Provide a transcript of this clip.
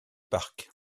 parc